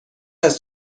است